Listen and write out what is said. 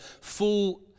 full